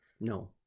No